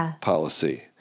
policy